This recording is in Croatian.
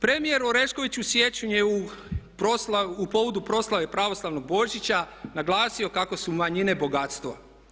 Premijer Orešković je u siječnju u povodu proslave pravoslavnog Božića naglasio kako su manjine bogatstvo.